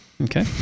Okay